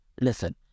listen